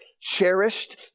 cherished